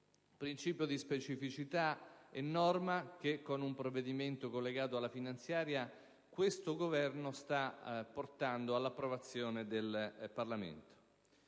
principio di specificità è norma che, con un provvedimento collegato alla finanziaria, questo Governo sta portando all'approvazione del Parlamento.